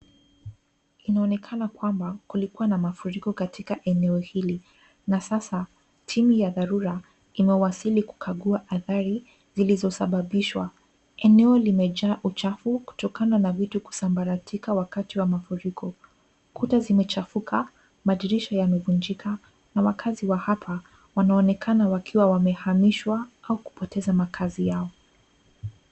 Inaonekana kwamba kulikuwa na mafuriko katika eneo hili na sasa timu ya dharura ime wasili kukagua adhari zilizosababisha. Eneo lime jaa uchafu kutokana na vitu kusarambatika wakati wa mafuriko, kuta zime chafuka, madirisha zimevunjika na wakazi wa hapa wanaonekana kuwa wamehamishwa au kupoteza makazi yao.